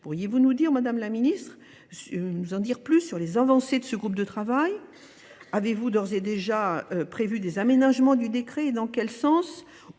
Pourriez-vous nous dire, Madame la Ministre, nous en dire plus sur les avancées de ce groupe de travail ? Avez-vous d'ores et déjà prévu des aménagements du décret et dans quel sens